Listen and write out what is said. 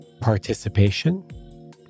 participation